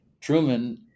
Truman